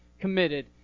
committed